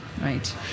Right